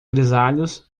grisalhos